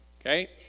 Okay